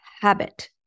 habit